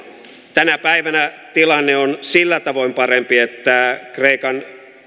tänä päivänä tilanne on sillä tavoin parempi että kreikan